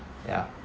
ya